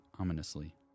ominously